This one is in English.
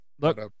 Look